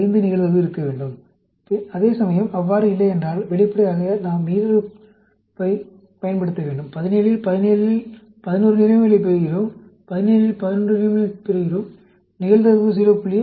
5 நிகழ்தகவு இருக்க வேண்டும் அதேசமயம் அவ்வாறு இல்லையென்றால் வெளிப்படையாக நாம் ஈருறுப்பைப் பயன்படுத்த வேண்டும் 17 இல் 17 இல் 11 நேர்மறைகளைப் பெறுகிறோம் 17 இல் 11 நேர்மறைகளைப் பெறுகிறோம் நிகழ்தகவு 0